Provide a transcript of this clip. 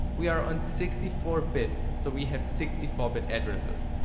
we are on sixty four bit, so we have sixty four bit addresses.